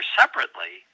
separately